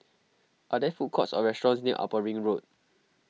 are there food courts or restaurants near Upper Ring Road